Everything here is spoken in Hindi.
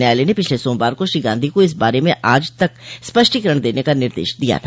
न्यायालय ने पिछले सामवार को श्री गांधी को इस बारे में आज तक स्पष्टीकरण देने का निर्देश दिया था